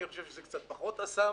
אני חושב שזה קצת פחות אסם.